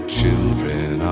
children